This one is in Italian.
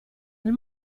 nel